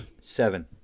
Seven